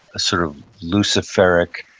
sort of luciferic,